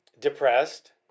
depressed